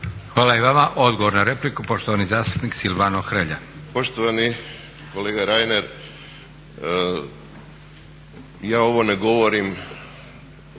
Hvala i vama. Odgovor na repliku, poštovani zastupnik Silvano Hrelja.